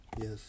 Yes